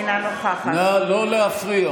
אינה נוכחת נא לא להפריע.